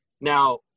Now